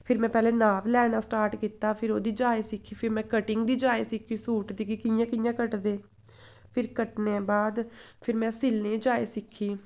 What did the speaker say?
फिर में पैह्लें नाप लैना स्टार्ट कीता फिर ओह्दी जाच सिक्खी फिर में कटिंग दी जाच सिक्खी सूट दी कि कि'यां कि'यां कटदे फिर कट्टने बाद फिर में सिलने दी जाच सिक्खी